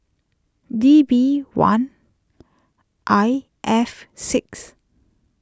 D B one I F six